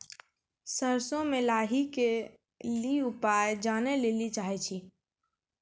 सरसों मे लाही के ली उपाय जाने लैली चाहे छी?